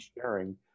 sharing